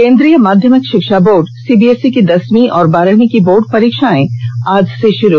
केन्द्रीय माध्यमिक शिक्षा बोर्ड सीबीएसई की दसवीं और बारहवीं की बोर्ड परीक्षाएं आज से शुरू